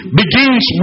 begins